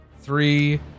three